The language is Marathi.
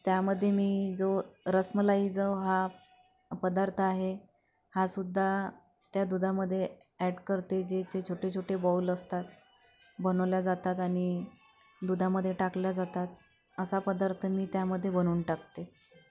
त्यामध्ये मी जो रसमलाई जो हा पदार्थ आहे हा सुद्धा त्या दुधामधे ॲट करते जे ते छोटे छोटे बाऊल असतात बनवले जातात आणि दुधामध्ये टाकले जातात असा पदार्थ मी त्यामध्ये बनवून टाकते